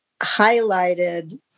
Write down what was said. highlighted